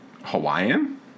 Hawaiian